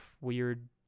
weird